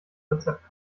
rezept